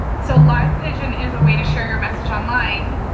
so livepigeon is a way to share your message online,